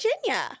Virginia